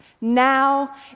Now